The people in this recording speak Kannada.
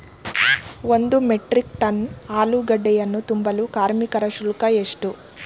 ಒಂದು ಮೆಟ್ರಿಕ್ ಟನ್ ಆಲೂಗೆಡ್ಡೆಯನ್ನು ತುಂಬಲು ಕಾರ್ಮಿಕರ ಶುಲ್ಕ ಎಷ್ಟು?